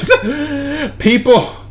People